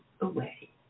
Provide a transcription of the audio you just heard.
away